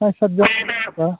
ᱦᱮᱸ ᱢᱮᱱᱟᱜ ᱠᱚᱣᱟ